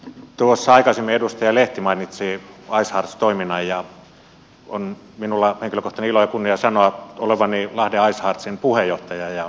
tuossa aikaisemmin edustaja lehti mainitsi icehearts toiminnan ja minulla on henkilökohtainen ilo ja kunnia sanoa olevani lahden iceheartsien puheenjohtaja ja perustajajäsen